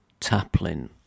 Taplin